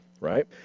Right